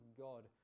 God